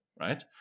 right